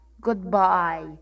Goodbye